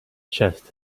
chest